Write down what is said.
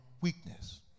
weakness